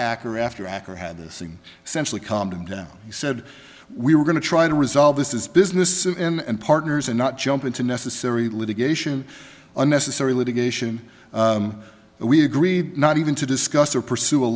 acker after acker had this thing centrally calmed him down he said we were going to try to resolve this is business and partners and not jump into necessary litigation unnecessary litigation we agreed not even to discuss or pursue a